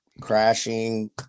crashing